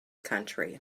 country